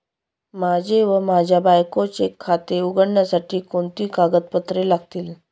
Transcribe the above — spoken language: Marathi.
माझे व माझ्या बायकोचे खाते उघडण्यासाठी कोणती कागदपत्रे लागतील?